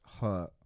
hurt